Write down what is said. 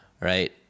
Right